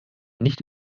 nicht